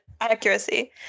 accuracy